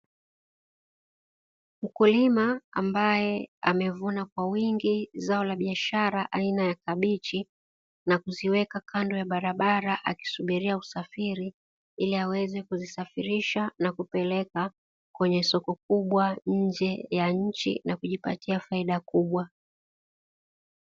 Mkulima ambaye amevuna kwa wingi zao la biashara aina ya kabichi na kuziweka kando ya barabara na kusubiria usafiri, ili aweze kuzisafirisha na kuzipeleka kwenye soko kubwa nje ya nchi na kujipatia faida kubwa.